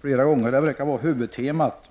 flera gånger — det verkar vara huvudtemat.